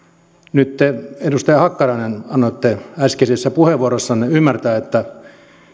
nyt te edustaja hakkarainen annoitte äskeisessä puheenvuorossanne ymmärtää että